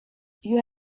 you